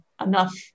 enough